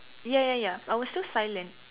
ya ya ya I was still silent